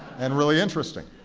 and really interesting.